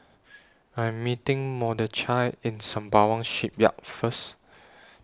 I Am meeting Mordechai At Sembawang Shipyard First